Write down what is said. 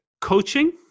Coaching